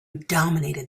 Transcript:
dominated